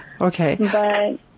Okay